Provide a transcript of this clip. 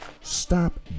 Stop